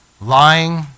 Lying